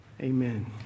Amen